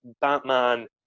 Batman